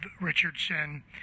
Richardson